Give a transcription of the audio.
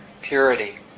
purity